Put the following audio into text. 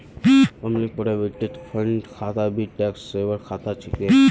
public provident fund खाता भी tax saver खाता छिके